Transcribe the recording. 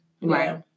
right